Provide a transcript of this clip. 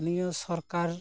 ᱮᱛᱷᱟᱱᱤᱭᱚ ᱥᱚᱨᱠᱟᱨᱼᱟᱜ